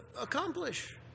accomplish